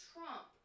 Trump